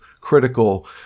critical